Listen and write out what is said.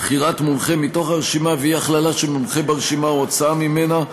בחירת מומחה מתוך הרשימה ואי-הכללת מומחה ברשימה או הוצאה ממנה,